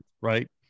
right